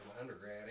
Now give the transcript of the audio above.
undergrad